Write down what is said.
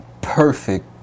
perfect